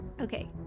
Okay